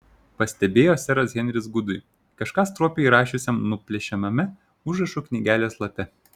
pastebėjo seras henris gudui kažką stropiai rašiusiam nuplėšiamame užrašų knygelės lape